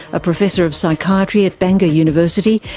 a professor of psychiatry at bangor university,